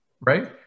right